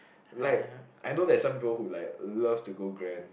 like I know there's some people who love to go grand